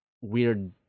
weird